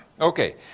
Okay